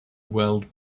world